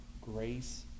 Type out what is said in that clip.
grace